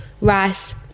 rice